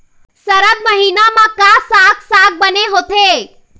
सरद महीना म का साक साग बने होथे?